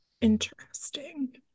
Interesting